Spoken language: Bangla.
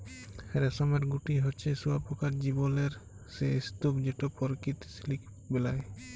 রেশমের গুটি হছে শুঁয়াপকার জীবলের সে স্তুপ যেট পরকিত সিলিক বেলায়